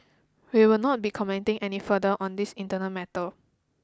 we will not be commenting any further on this internal matter